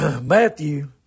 Matthew